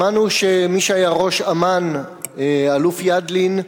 שמענו שמי שהיה ראש אמ"ן, האלוף ידלין,